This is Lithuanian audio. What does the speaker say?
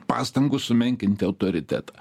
pastangų sumenkinti autoritetą